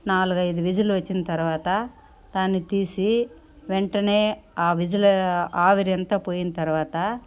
నాలుగైదు విజిల్లు వచ్చిన తర్వాత దాన్నితీసి వెంటనే విజిల్ ఆవిరంతా పోయిన తర్వాత